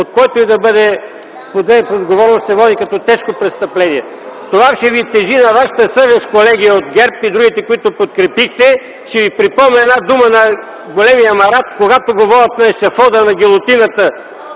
на който и да бъде подведен под отговорност, се води като тежко престъпление. Това ще тежи на вашата съвест, колеги от ГЕРБ и другите, които подкрепихте. Ще Ви припомня едни думи на големия Марат. Когато го водят на ешафода, на гилотината,